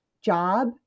job